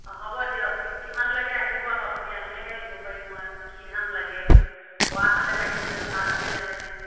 অ হ'ব দিয়ক কি কিমান লাগে আহিব আকৌ আপুনি আহিলেহে দিব পাৰিম মই কি ধান লাগে বৰা ধানেই লাগেনে জহা ধানেই লাগেনে